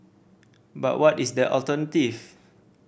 but what is the alternative